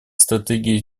стратегии